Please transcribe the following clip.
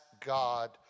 God